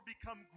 become